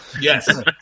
Yes